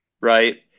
Right